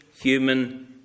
human